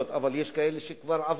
יכול להיות, אבל יש כאלה שכבר עברו.